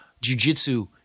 Jiu-Jitsu